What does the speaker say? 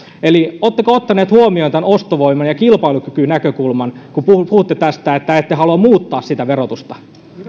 oletteko ottaneet huomioon tämän ostovoiman ja kilpailukykynäkökulman kun puhutte puhutte että ette halua muuttaa sitä verotusta